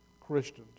Christians